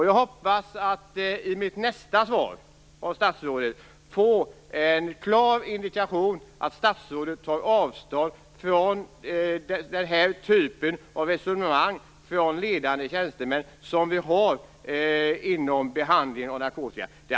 Jag hoppas att statsrådet i sitt nästa inlägg ger en klar indikation om att hon tar avstånd från den här typen av resonemang från ledande tjänstemän inom området för behandling av narkotikafrågor.